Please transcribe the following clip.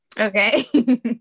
okay